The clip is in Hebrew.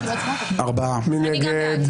מי נגד?